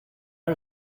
are